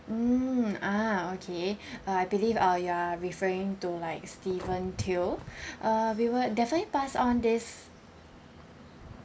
mm ah okay uh I believe uh you are referring to like steven teo uh we will definitely pass on this